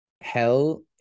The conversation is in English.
hell